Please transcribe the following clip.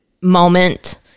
moment